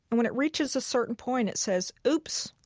and when it reaches a certain point, it says, oops.